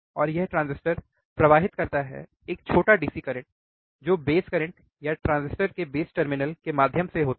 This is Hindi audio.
और यह ट्रांजिस्टर प्रवाहित करता है एक छोटा DC करंट जो बेस करंट या ट्रांजिस्टर के बेस टर्मिनलों के माध्यम से होता है